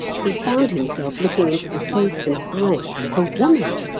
he found himself looking into the face and eyes of a woman.